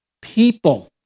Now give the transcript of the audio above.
people